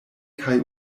kaj